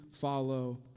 follow